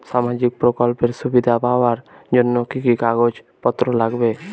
সামাজিক প্রকল্পের সুবিধা পাওয়ার জন্য কি কি কাগজ পত্র লাগবে?